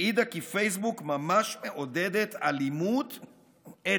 העידה כי פייסבוק ממש מעודדת אלימות אתנית.